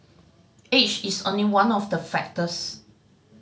age is only one of the factors